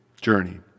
journey